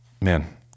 man